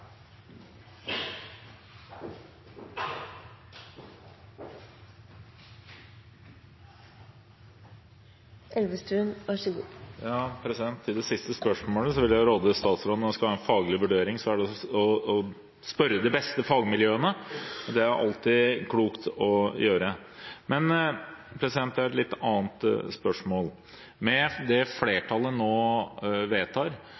det siste spørsmålet: Jeg vil råde statsråden når han skal ha en faglig vurdering, til å spørre de beste fagmiljøene. Det er alltid klokt å gjøre. Men jeg har et litt annet spørsmål. Med det flertallet nå vedtar,